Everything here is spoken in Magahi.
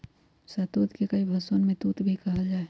शहतूत के कई भषवन में तूत भी कहल जाहई